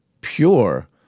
pure